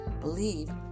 believe